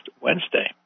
Wednesday